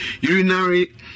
urinary